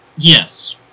Yes